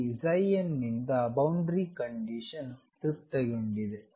ಇಲ್ಲಿ nನಿಂದ boundary condition ತೃಪ್ತಿಗೊಂಡಿದೆ